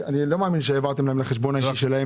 אני לא מאמין שהעברתם לחשבון האישי שלהם.